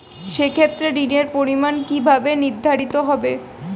সে ক্ষেত্রে ঋণের পরিমাণ কিভাবে নির্ধারিত হবে?